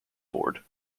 board